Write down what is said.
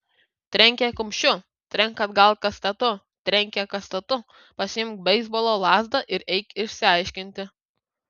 trenkė kumščiu trenk atgal kastetu trenkė kastetu pasiimk beisbolo lazdą ir eik išsiaiškinti